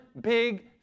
big